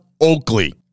Oakley